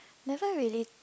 never really